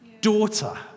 daughter